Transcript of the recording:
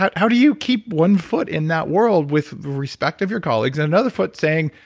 how how do you keep one foot in that world with the respect of your colleagues and another foot saying,